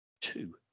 two